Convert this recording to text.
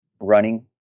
running